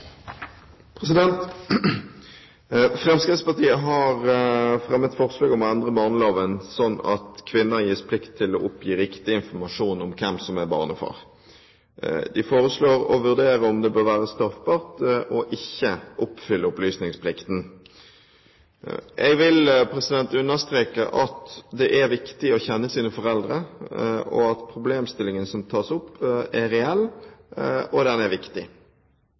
Stortinget. Fremskrittspartiet har fremmet forslag om å endre barneloven slik at kvinner gis plikt til å oppgi riktig informasjon om hvem som er barnefar. De foreslår å vurdere om det bør være straffbart ikke å oppfylle opplysningsplikten. Jeg vil understreke at det er viktig å kjenne sine foreldre, og at problemstillingen som tas opp, er reell, og den er viktig.